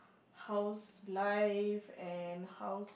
how's life and how's